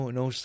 no